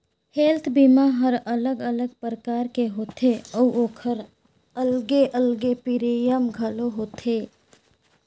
health बीमा हर अलग अलग परकार के होथे अउ ओखर अलगे अलगे प्रीमियम घलो होथे